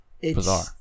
Bizarre